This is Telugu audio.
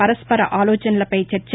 పరస్పర ఆలోచనలపై చర్చ